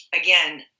again